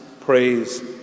praise